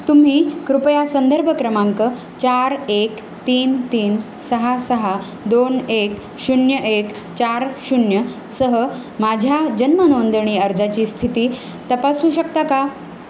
तुम्ही कृपया संदर्भ क्रमांक चार एक तीन तीन सहा सहा दोन एक शून्य एक चार शून्यसह माझ्या जन्म नोंदणी अर्जाची स्थिती तपासू शकता का